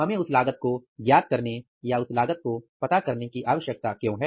हमें उस लागत को ज्ञात करने या उस लागत को पता करने की आवश्यकता क्यों है